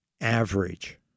Average